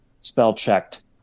spell-checked